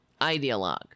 ideologue